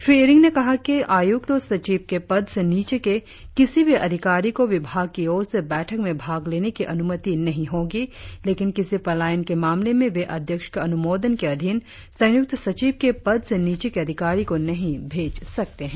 श्री इरिंग ने कहा कि आयुक्त और सचिव के पद से नीचे के किसी भी अधिकारी को विभाग की ओर से बैठक में भाग लेने की अनुमति नही होंगी लेकिन किसी पलायन के मामले में वे अध्यक्ष के अनुमोदन के अधीन संयुक्त सचिव के पद से नीचे के अधिकारी को नही भेज सकते है